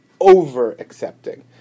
over-accepting